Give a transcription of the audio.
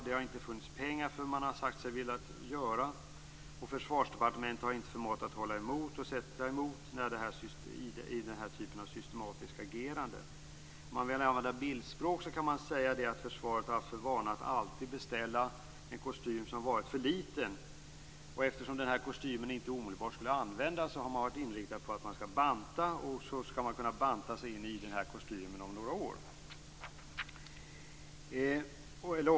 Det har inte funnits pengar för det man har sagt sig vilja göra, och Försvarsdepartementet har inte förmått och hålla emot och sätta emot i den här typen av systematiskt agerande. Om man vill använda bildspråk kan man säga att försvaret har haft för vana att alltid beställa en kostym som varit för liten. Eftersom kostymen inte omedelbart skulle användas har man varit inriktad på att man skall banta. På det viset skulle man kunna banta sig in i den här kostymen om några år.